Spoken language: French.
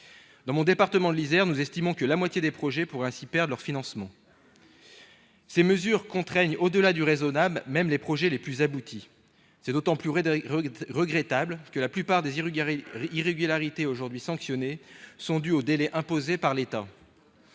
Dans mon département, l'Isère, nous estimons que la moitié des projets pourraient ainsi perdre leurs financements. Ces mesures contraignent, au-delà du raisonnable, même les projets les plus aboutis. C'est d'autant plus regrettable que la plupart des irrégularités aujourd'hui sanctionnées sont dues aux délais imposés par l'État.